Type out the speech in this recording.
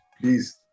Please